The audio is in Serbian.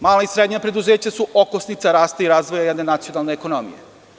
Mala i srednja preduzeća su okosnica rasta i razvoja jedne nacionalne ekonomije.